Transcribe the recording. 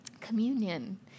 communion